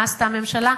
מה עשתה הממשלה?